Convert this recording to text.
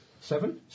Seven